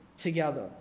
together